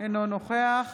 אינו נוכח